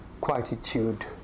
quietude